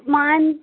మా